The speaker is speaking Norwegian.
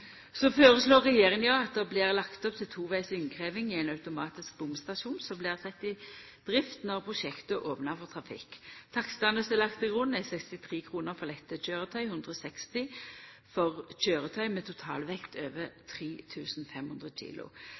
Så føreslår regjeringa at det blir lagt opp til tovegs innkrevjing i ein automatisk bomstasjon, som blir sett i drift når prosjektet opnar for trafikk. Takstane som er lagde til grunn, er 63 kr for lette køyretøy og 160 kr for køyretøy med totalvekt over 3 500 kg.